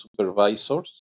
supervisors